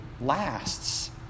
lasts